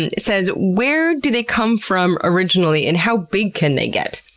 and says where do they come from originally and how big can they get?